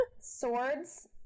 swords